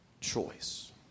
choice